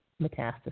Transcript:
metastasis